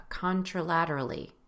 contralaterally